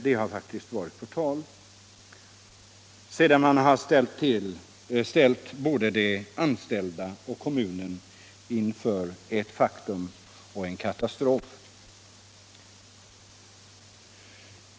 Det har faktiskt varit på tal sedan man ställt både de anställda och kommunen inför ett faktum och en katastrof.